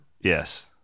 Yes